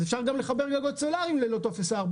אז אפשר גם לחבר גגות סולאריים ללא טופס 4,